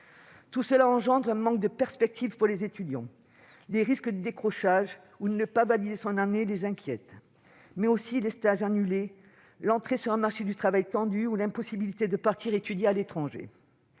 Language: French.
Tout cela engendre un manque de perspective pour les étudiants. Les risques de décrochage ou de non-validation de l'année universitaire les inquiètent, mais aussi les stages annulés, l'entrée sur un marché du travail tendu ou encore l'impossibilité de partir étudier à l'étranger.